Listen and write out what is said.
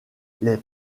les